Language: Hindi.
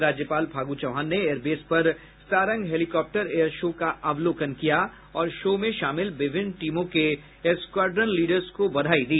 राज्यपाल फागु चौहान ने एयरबेस पर सारंग हेलीकॉप्टर एयर शो का अवलोकन किया और शो में शामिल विभिन्न टीमों के स्क्वैड्रन लीडर्स को बधाई दी